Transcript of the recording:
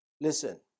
listen